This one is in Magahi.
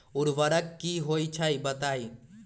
उर्वरक की होई छई बताई?